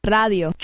radio